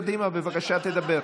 קדימה, בבקשה, תדבר.